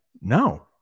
no